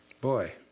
boy